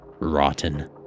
rotten